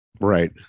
Right